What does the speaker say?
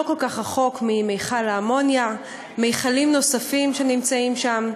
לא כל כך רחוק ממכל האמוניה וממכלים נוספים שנמצאים שם.